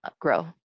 grow